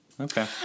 Okay